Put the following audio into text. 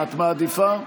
את מעדיפה?